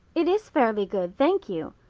it is fairly good, thank you.